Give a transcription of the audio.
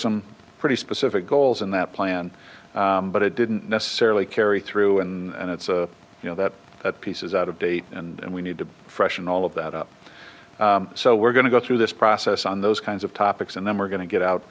some pretty specific goals in that plan but it didn't necessarily carry through and it's you know that that piece is out of date and we need to freshen all of that up so we're going to go through this process on those kinds of topics and then we're going to get out